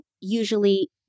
usually